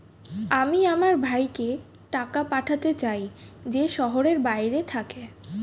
আমি আমার ভাইকে টাকা পাঠাতে চাই যে শহরের বাইরে থাকে